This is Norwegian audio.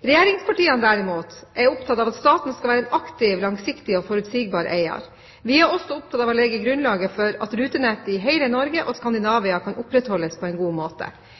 Regjeringspartiene, derimot, er opptatt av at staten skal være en aktiv, langsiktig og forutsigbar eier. Vi er også opptatt av å legge grunnlaget for at rutenettet i hele Norge og